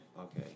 Okay